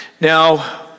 Now